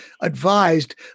advised